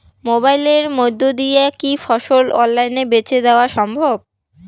মোবাইলের মইধ্যে দিয়া কি ফসল অনলাইনে বেঁচে দেওয়া সম্ভব?